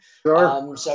Sure